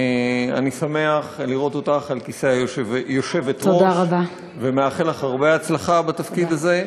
אני שמח לראות אותך על כיסא היושב-ראש ומאחל לך הרבה הצלחה בתפקיד הזה.